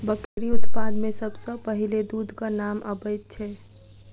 बकरी उत्पाद मे सभ सॅ पहिले दूधक नाम अबैत छै